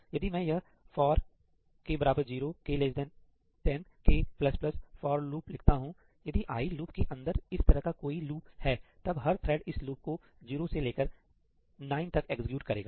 यदि मैं यह 'fork 0 k 10 k ' for loop लिखता हूं यदि आई लूप के अंदर इस तरह का कोई लूप है तब हर थ्रेड इस लूप को 0 से लेकर 9 तक एग्जीक्यूट करेगा